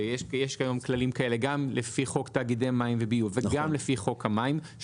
שיש היום כללים כאלה גם לפי חוק תאגידי מים וביוב וגם לפי חוק המים,